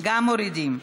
גם מורידים.